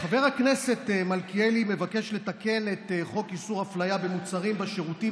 הכנסת מלכיאלי מבקש לתקן את חוק איסור אפליה במוצרים ושירותים